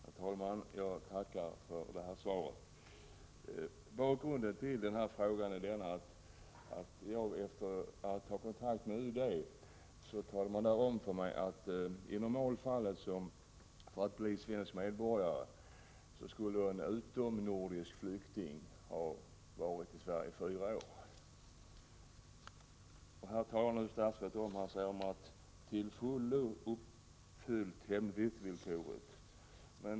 Herr talman! Jag tackar för svaret. Bakgrunden till den här frågan är att jag, efter att ha tagit kontakt med UD, fått beskedet att en utomnordisk flykting i normalfallet skall ha vistats i Sverige fyra år för att kunna bli svensk medborgare. Här talar statsrådet om att ”hemvistvillkoret inte till fullo har varit uppfyllt”.